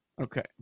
Okay